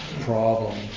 problem